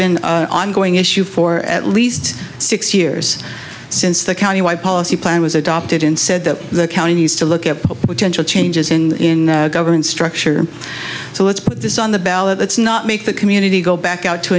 been ongoing issue for at least six years since the county wide policy plan was adopted and said that the counties to look at potential changes in government structure so let's put this on the ballot let's not make the community go back out to